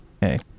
Hey